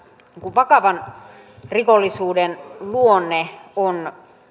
vakavan rikollisuuden luonne on